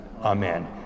Amen